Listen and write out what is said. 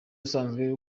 usanzwe